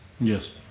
Yes